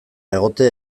egotea